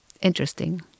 interesting